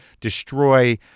destroy